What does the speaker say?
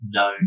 no